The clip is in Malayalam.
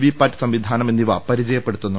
വി പാറ്റ് സംവിധാനം എന്നിവ പരിചയപ്പെടുത്തും